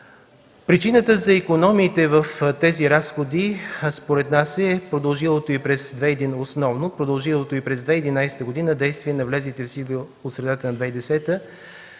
Причината за икономиите в тези разходи според нас е продължилото и през 2011 г. действие на влезлите в сила от средата на 2010 г.